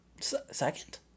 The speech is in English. second